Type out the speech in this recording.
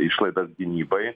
išlaidas gynybai